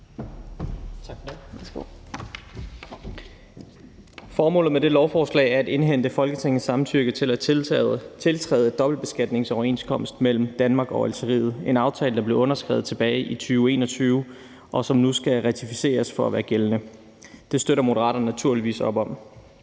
Formålet med dette lovforslag er at indhente Folketingets samtykke til at tiltræde dobbeltbeskatningsoverenskomsten mellem Danmark og Algeriet. Det er en aftale, der blev underskrevet tilbage i 2021, og som nu skal ratificeres for at være gældende. Det støtter Moderaterne naturligvis op om.